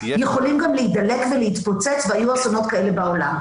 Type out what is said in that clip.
יכולים גם להידלק ולהתפוצץ והיו אסונות כאלה בעולם.